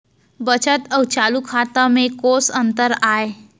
बचत अऊ चालू खाता में कोस अंतर आय?